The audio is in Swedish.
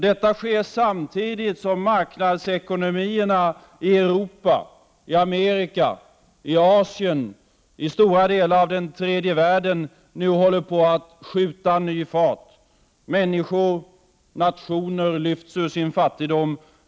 Detta sker samtidigt som marknadsekonomierna i Europa, i Amerika, i Asien och i stora delar av den tredje världen nu håller på att skjuta ny fart. Människor och nationer lyfts ur sin fattigdom.